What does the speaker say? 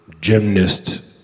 gymnast